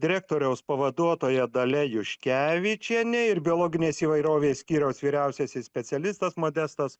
direktoriaus pavaduotoja dalia juškevičienė ir biologinės įvairovės skyriaus vyriausiasis specialistas modestas